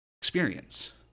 experience